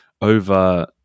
over